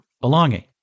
belonging